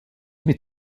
mit